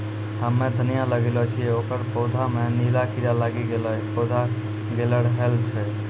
हम्मे धनिया लगैलो छियै ओकर पौधा मे नीला कीड़ा लागी गैलै पौधा गैलरहल छै?